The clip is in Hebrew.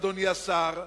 אדוני השר,